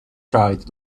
tried